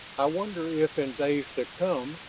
i wonder if in days to come,